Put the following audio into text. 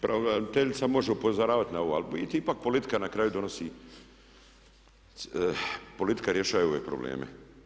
Pravobraniteljica može upozoravati na ovo, ali ipak politika na kraju donosi, politika rješava ove probleme.